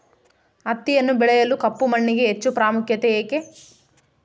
ಹತ್ತಿಯನ್ನು ಬೆಳೆಯಲು ಕಪ್ಪು ಮಣ್ಣಿಗೆ ಹೆಚ್ಚು ಪ್ರಾಮುಖ್ಯತೆ ಏಕೆ?